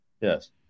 Yes